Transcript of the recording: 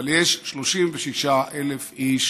אבל יש 36,000 איש